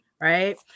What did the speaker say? right